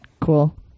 Cool